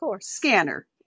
scanner